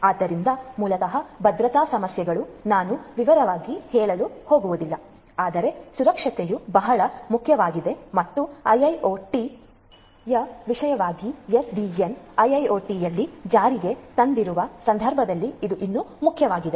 ಆದ್ದರಿಂದ ಮೂಲತಃ ಭದ್ರತಾ ಸಮಸ್ಯೆಗಳು ನಾನು ವಿವರವಾಗಿ ಹೇಳಲು ಹೋಗುವುದಿಲ್ಲ ಆದರೆ ಸುರಕ್ಷತೆಯು ಬಹಳ ಮುಖ್ಯವಾಗಿದೆ ಮತ್ತು IIoT ಯ ವಿಶೇಷವಾಗಿ ಎಸ್ಡಿಎನ್ ಎಸ್ಡಿಎನ್ IIoT ಯಲ್ಲಿ ಜಾರಿಗೆ ತಂದಿರುವ ಸಂದರ್ಭದಲ್ಲಿ ಇದು ಇನ್ನೂ ಮುಖ್ಯವಾಗಿದೆ